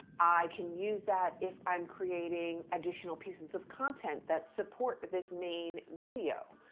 i can use that if i'm creating additional pieces of content that support but this main video.